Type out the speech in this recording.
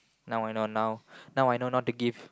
now I know now now I know not to give